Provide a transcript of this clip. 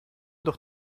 doch